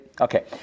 Okay